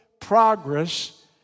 progress